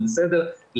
זה בסדר,